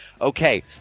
Okay